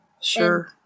Sure